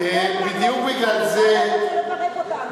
למה הוא רוצה לפרק אותנו?